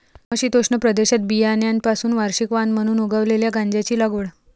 समशीतोष्ण प्रदेशात बियाण्यांपासून वार्षिक वाण म्हणून उगवलेल्या गांजाची लागवड